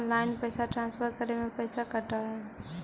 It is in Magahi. ऑनलाइन पैसा ट्रांसफर करे में पैसा कटा है?